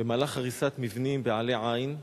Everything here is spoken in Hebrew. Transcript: במהלך הריסת מבנים בעלי-עין,